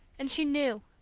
and she knew.